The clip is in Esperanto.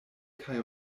kaj